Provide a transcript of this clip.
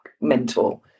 mentor